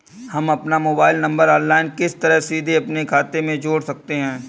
हम अपना mobile number online किस तरह सीधे अपने खाते में जोड़ सकते हैं?